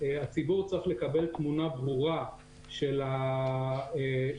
הציבור צריך לקבל תמונה ברורה של פריסת